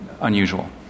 unusual